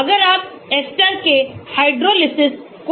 अगर आप एस्टर के हाइड्रोलिसिस को देखते हैं